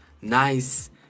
nice